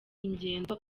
ingendo